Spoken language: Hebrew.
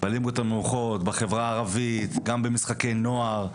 בחברה הערבית, גם במשחקי נוער.